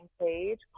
page